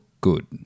good